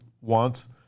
wants